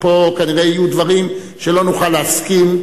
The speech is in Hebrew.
פה כנראה יהיו דברים שלא נוכל להסכים.